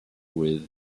with